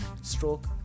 Stroke